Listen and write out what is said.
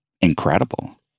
incredible